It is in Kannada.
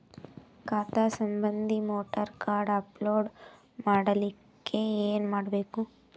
ಖಾತಾ ಸಂಬಂಧಿ ವೋಟರ ಕಾರ್ಡ್ ಅಪ್ಲೋಡ್ ಮಾಡಲಿಕ್ಕೆ ಏನ ಮಾಡಬೇಕು?